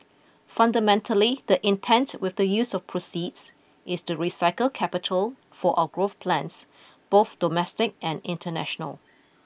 fundamentally the intent with the use of proceeds is to recycle capital for our growth plans both domestic and international